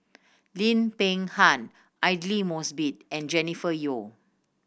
Lim Peng Han Aidli Mosbit and Jennifer Yeo